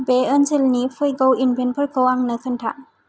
बे ओनसोलनि फैगौ इभेन्टफोरखौ आंनो खोन्था